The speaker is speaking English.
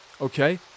okay